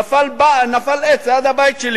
נפל עץ ליד הבית שלי,